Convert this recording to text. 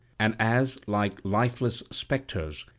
and as, like lifeless spectres,